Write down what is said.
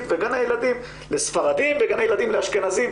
וגני ילדים לספרדים וגני ילדים לאשכנזים,